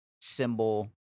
symbol